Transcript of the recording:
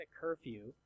curfew